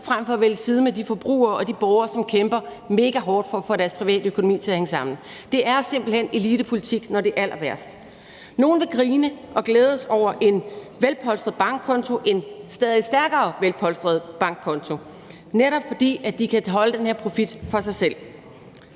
frem for at vælge side med de forbrugere og de borgere, som kæmper mega hårdt for at få deres privatøkonomi til at hænge sammen. Det er simpelt hen elitepolitik, når det er allerværst. Nogle vil grine og glædes over en velpolstret bankkonto, en stadig stærkere velpolstret bankkonto, netop fordi de kan holde den her profit for sig selv.